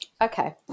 Okay